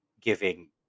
giving